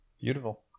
beautiful